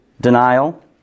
denial